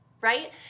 right